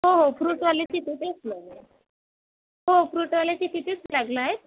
हो हो फ्रुटवाल्याच्या तिथेच लागला आहे हो फ्रुटवाल्याच्या तिथेच लागला आहे